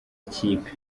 kipe